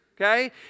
okay